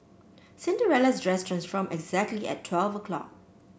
Cinderella's dress transformed exactly at twelve o'clock